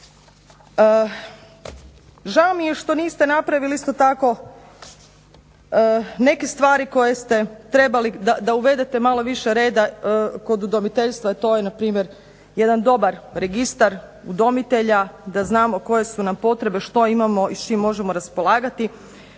Žao mi je što niste napravili isto tako neke stvari koje ste trebali da uvedete malo više reda kod udomiteljstva, jer to je npr. jedan dobar registar udomitelja da znamo koje su nam potrebe, što imamo i s čim možemo raspolagati.